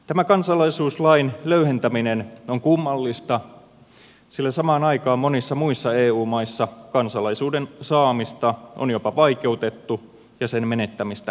tämä kansalaisuuslain löyhentäminen on kummallista sillä samaan aikaan monissa muissa eu maissa kansalaisuuden saamista on jopa vaikeutettu ja sen menettämistä tarkennettu